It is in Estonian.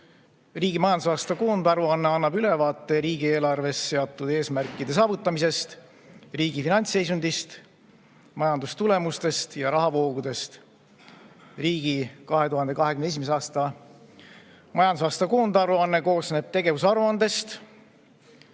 Riigi majandusaasta koondaruanne annab ülevaate riigieelarves seatud eesmärkide saavutamisest, riigi finantsseisundist, majandustulemustest ja rahavoogudest. Riigi 2021. aasta majandusaasta koondaruanne koosneb tegevusaruandest,